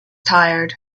tired